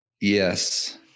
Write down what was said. Yes